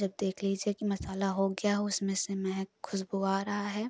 जब देख लीजिए कि मसाला हो गया हो उसमें से महक खुशबू आ रहा है